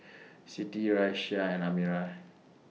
Sri Raisya and Amirah